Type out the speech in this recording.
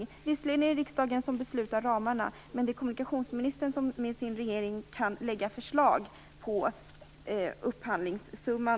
Det är visserligen riksdagen som beslutar om ramarna, men det är kommunikationsministern tillsammans med regeringen som kan lägga fram förslag på upphandlingssumman.